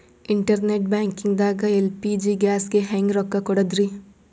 Internet banking ದಾಗ LPG ಗ್ಯಾಸ್ಗೆ ಹೆಂಗ್ ರೊಕ್ಕ ಕೊಡದ್ರಿ?